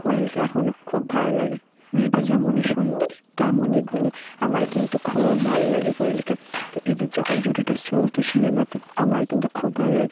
কোয়েলকে এখনো খুব ভালো লাগে মেয়েটা যেমনই সুন্দরী তেমনই গুণী আমার কিন্তু খুব ভালো লাগে কোয়েলকে তো এদের যখন জুটিটা চলতো সিনেমাতে আমার কিন্তু খুব ভালো লাগতো